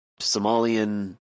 Somalian